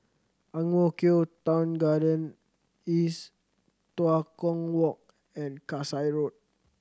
Ang Mo Kio Town Garden East Tua Kong Walk and Kasai Road